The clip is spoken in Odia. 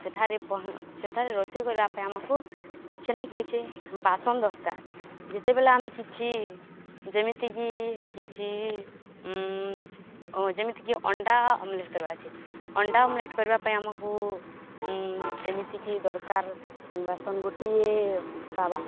ସେଠାରେ ପହ ସେଠାରେ ରୋଷେଇ କରିବା ପାଇଁ ଆମକୁ କିଛି ନା କିଛି ବାସନ ଦରକାର ଯେତେବେଲେ ଆମେ କିଛି ଯେମିତିକି କିଛି ଯେମିତିକି ଅଣ୍ଡା ଅମଲେଟ୍ କରିବା ଅଛି ଅଣ୍ଡା ଅମଲେଟ୍ କରିବା ପାଇଁ ଆମକୁ ଯେମିତିକି ଦରକାର ବାସନ ଗୋଟିଏ ତାୱା